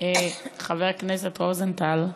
חבר הכנסת רוזנטל,